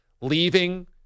leaving